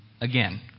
Again